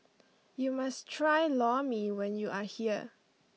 you must try Lor Mee when you are here